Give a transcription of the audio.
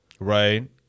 Right